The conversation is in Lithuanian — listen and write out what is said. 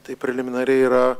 tai preliminariai yra